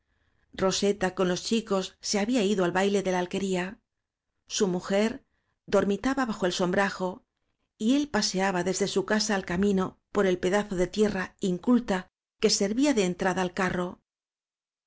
roseta con los chicos se había ido al baile de la alquería su mujer dormitaba bajo el som brajo y él paseaba desde su casa al camino por el pedazo de tierra inculta que servía de en trada al carro